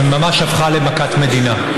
שממש הפכה למכת מדינה.